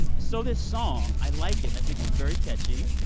so this song, i like it. i think it's very catchy.